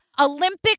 Olympic